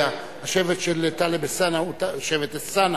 השבט של טלב אלסאנע הוא שבט אלסאנע.